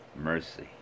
mercy